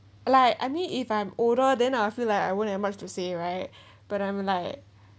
like I mean if I'm older then I feel like I wouldn't have much to say right but I'm like